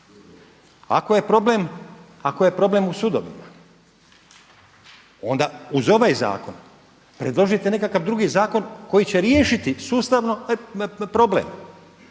ako je problem u sudovima onda uz ovaj zakon predložite nekakav drugi zakon koji će riješiti sustavno problem.